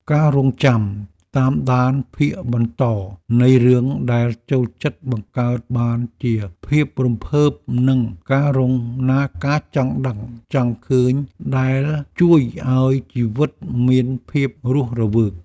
ការរង់ចាំតាមដានភាគបន្តនៃរឿងដែលចូលចិត្តបង្កើតបានជាភាពរំភើបនិងការចង់ដឹងចង់ឃើញដែលជួយឱ្យជីវិតមានភាពរស់រវើក។